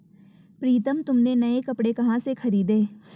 प्रितम तुमने नए कपड़े कहां से खरीदें?